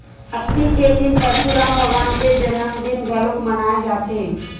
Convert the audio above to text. अक्ती के दिन परसुराम भगवान के जनमदिन घलोक मनाए जाथे